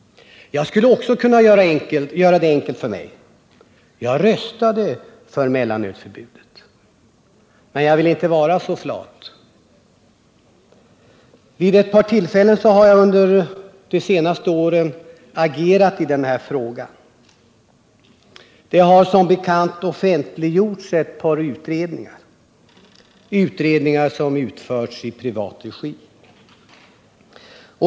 Jag skulle också kunna göra det enkelt för mig, eftersom jag röstade för mellanölsförbudet. Men jag vill inte vara så flat. Vid ett par tillfällen under de senaste åren har jag agerat i den här frågan. Det har som bekant offentliggjorts ett par utredningar som utförts i privat regi.